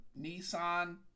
Nissan